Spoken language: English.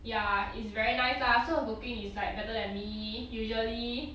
ya it's very nice lah so her cooking is like better than me usually